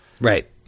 Right